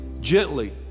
gently